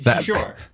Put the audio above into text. Sure